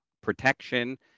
protection